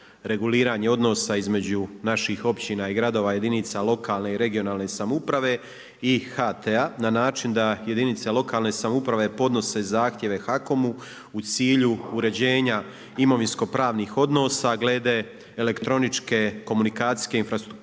reguliranje odnosa između naših općina i gradova, jedinica lokalne i regionalne samouprave i HT-a na način da jedinice lokalne samouprave podnose zahtjeve HAKOM-u u cilju uređenja imovinsko-pravnih odnosa glede elektroničke komunikacijske infrastrukture